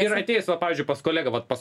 ir ateis va pavyzdžiui pas kolegą vat pas